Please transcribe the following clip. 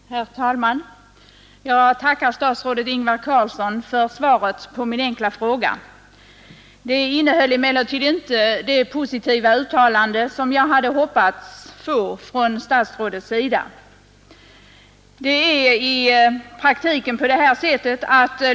Herr talman! Jag tackar statsrådet Ingvar Carlsson för svaret på min enkla fråga. Det innehöll emellertid inte det positiva uttalande som jag hade hoppats på av statsrådet.